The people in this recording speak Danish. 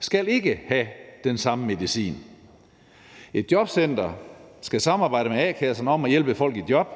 skal ikke have den samme medicin. Et jobcenter skal samarbejde med a-kasserne om at hjælpe folk i job.